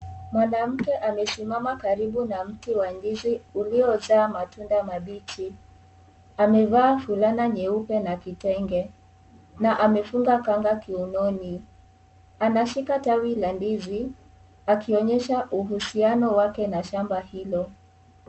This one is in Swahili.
Mwanamke amesimama karibu na mti wa ndizi uliozaa matunda mabichi. Amevaa fulana nyeupe na kitenge na amefunga kanga kiunoni. Anashika tawi la ndizi akionyesha uhusiano wake na shamba hilo.